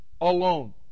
alone